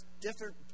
different